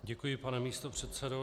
Děkuji, pane místopředsedo.